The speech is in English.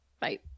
Bye